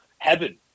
heaven